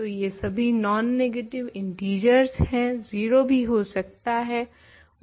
तो ये सभी नॉन नेगेटिव इन्टिजरस हैं 0 भी हो सकता है